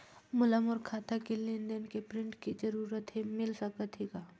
मोला मोर खाता के लेन देन के प्रिंट के जरूरत हे मिल सकत हे का?